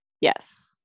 yes